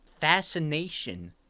fascination